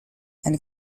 and